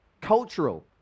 cultural